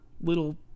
little